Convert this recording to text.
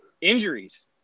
injuries